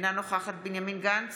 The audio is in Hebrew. אינה נוכחת בנימין גנץ,